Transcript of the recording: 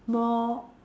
more